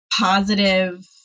positive